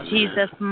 Jesus